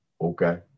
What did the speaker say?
Okay